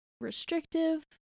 restrictive